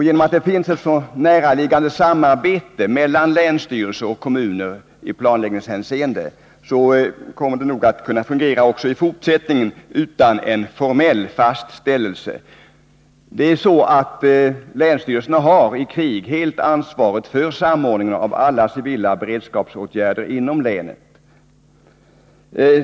Genom att det förekommer ett så nära samarbete mellan länsstyrelse och kommuner i planläggningshänseende, kommer det nog att kunna fungera också i fortsättningen utan en formell fastställelse. Länsstyrelserna har i krig hela ansvaret för samordningen och för alla civila beredskapsåtgärder inom länet.